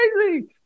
crazy